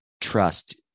trust